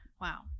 wow